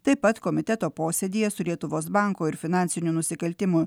taip pat komiteto posėdyje su lietuvos banko ir finansinių nusikaltimų